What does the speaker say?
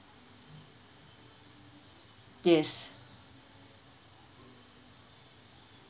yes